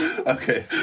Okay